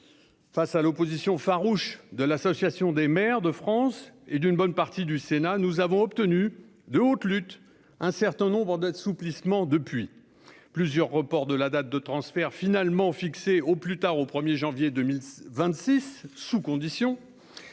Face à l'opposition farouche de l'Association des maires de France et d'une bonne partie du Sénat, nous avons depuis obtenu de haute lutte un certain nombre d'assouplissements : plusieurs reports de la date de transfert, finalement fixée au plus tard au 1 janvier 2026 sous conditions,